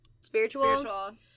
Spiritual